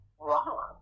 wrong